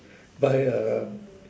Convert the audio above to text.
buy a